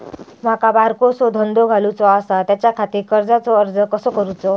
माका बारकोसो धंदो घालुचो आसा त्याच्याखाती कर्जाचो अर्ज कसो करूचो?